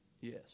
Yes